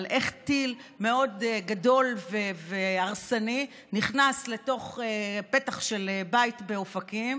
אבל איך טיל מאוד גדול והרסני נכנס לתוך פתח של בית באופקים.